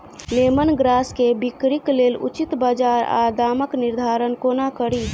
Lemon grass केँ बिक्रीक लेल उचित बजार आ दामक निर्धारण कोना कड़ी?